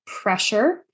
pressure